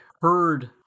heard